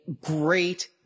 great